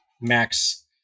Max